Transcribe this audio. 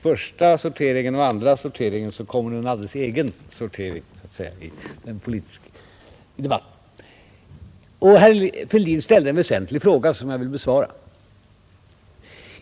första sorteringen och andra sorteringen i debatten kommer en alldeles egen sortering så att säga. Herr Fälldin ställde en väsentlig fråga som jag vill besvara.